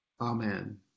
Amen